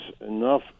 enough